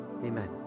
Amen